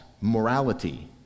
morality